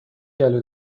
گلو